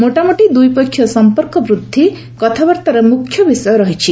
ମୋଟାମୋଟି ଦ୍ୱିପକ୍ଷିୟ ସମ୍ପର୍କ ବୃଦ୍ଧି କଥାବାର୍ତ୍ତାର ମୁଖ୍ୟ ବିଷୟ ରହିଛି